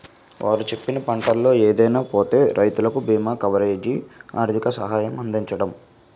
వారు చెప్పిన పంటల్లో ఏదైనా పోతే రైతులకు బీమా కవరేజీ, ఆర్థిక సహాయం అందించడం